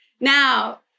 Now